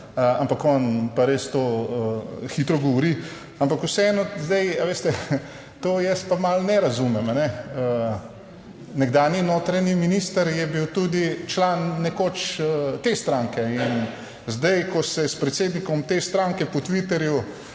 ampak on pa res to hitro govori. Ampak vseeno, zdaj, a veste, to jaz pa malo ne razumem. Nekdanji notranji minister je bil tudi član nekoč te stranke in zdaj, ko se s predsednikom te stranke po Twitterju